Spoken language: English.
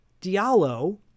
Diallo